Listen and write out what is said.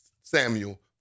Samuel